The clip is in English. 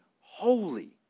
holy